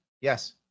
yes